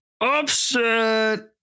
upset